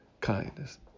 kindness